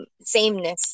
sameness